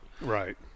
Right